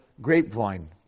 grapevine